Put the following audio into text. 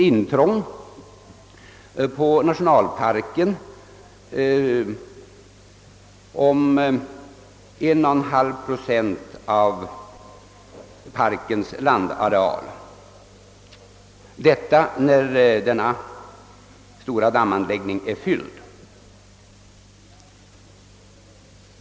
Intrånget på nationalparken gäller 1,5 procent av parkens landareal, när denna stora dammanläggning är fylld.